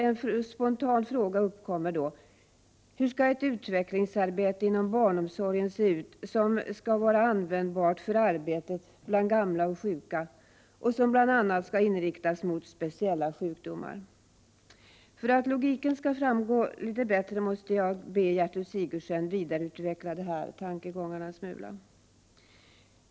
En fråga uppkommer då spontant: Hur skall ett utvecklingsarbete inom barnomsorgen vara upplagt för att kunna utgöra grund för vården av gamla och sjuka och bl.a. kunna inriktas mot speciella sjukdomar? För att logiken skall framgå litet bättre måste jag be Gertrud Sigurdsen att vidareutveckla de här tankegångarna en smula.